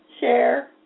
share